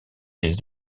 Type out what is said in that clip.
des